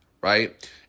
Right